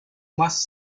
más